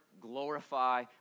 glorify